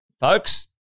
folks